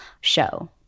show